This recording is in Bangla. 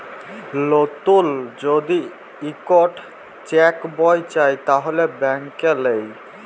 লতুল যদি ইকট চ্যাক বই চায় তাহলে ব্যাংকে লেই